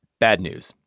bad news,